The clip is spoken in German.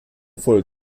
voll